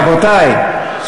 רבותי,